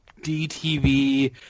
DTV